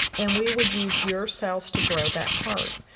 and we would use your cells to grow that heart.